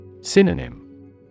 Synonym